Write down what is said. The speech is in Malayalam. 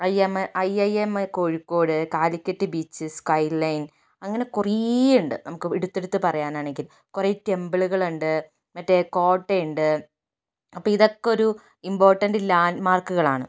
I M I I M Kozhikode Calicut beach sky line അങ്ങനെ കുറേ ഉണ്ട് നമുക്ക് എടുത്തെടുത്ത് പറയുകയാണെങ്കിൽ കുറേ ടെംപിളുകൾ ഉണ്ട് മറ്റേ കോട്ടയുണ്ട് അപ്പം ഇതൊക്കെ ഒരു ഇമ്പോർട്ടന്റ് ലാൻഡ് മാർക്കുകളാണ്